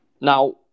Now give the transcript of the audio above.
Now